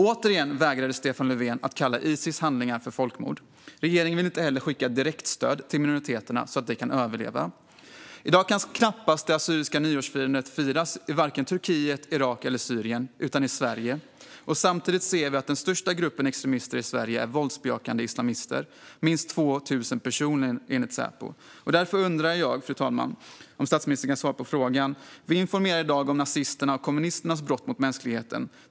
Återigen vägrade Stefan Löfven att kalla Isis handlingar för folkmord. Regeringen ville inte heller skicka direktstöd till minoriteterna så att de kunde överleva. I dag kan det assyriska nyårsfirandet knappast genomföras i vare sig Turkiet, Irak eller i Syrien - men i Sverige. Samtidigt ser vi att den största gruppen extremister i Sverige är våldsbejakande islamister - minst 2 000 personer, enligt Säpo. Därför undrar jag, fru talman, om statsministern kan svara på min fråga. Vi informerar i dag om nazisternas och kommunisternas brott mot mänskligheten.